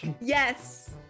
Yes